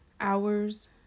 hours